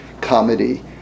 comedy